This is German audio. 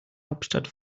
hauptstadt